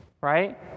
right